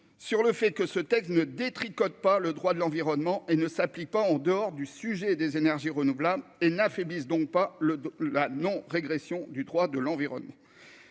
sur le fait que ce texte ne détricote pas le droit de l'environnement et ne s'applique pas en dehors du sujet des énergies renouvelables et n'affaiblisse donc pas le la non-régression du droit de l'environnement,